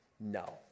No